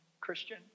Christian